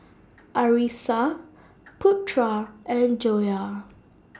Arissa Putra and Joyah